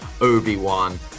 obi-wan